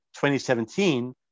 2017